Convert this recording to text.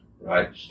right